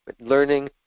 learning